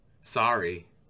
Sorry